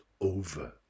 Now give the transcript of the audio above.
over